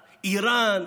איראן,